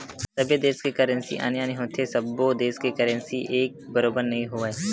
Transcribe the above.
सबे देस के करेंसी आने आने होथे सब्बो देस के करेंसी ह एक बरोबर नइ होवय